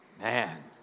Man